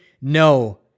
no